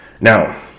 now